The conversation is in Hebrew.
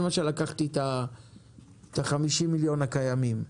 לקחתי, למשל, את ה-50 מיליון הקיימים,